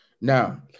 Now